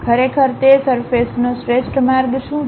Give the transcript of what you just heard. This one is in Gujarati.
ખરેખર તે સરફેસનો શ્રેષ્ઠ માર્ગ શું છે